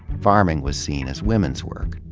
farming was seen as women's work.